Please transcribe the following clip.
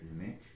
unique